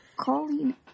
Colleen